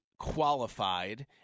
qualified